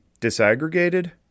disaggregated